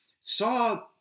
Saw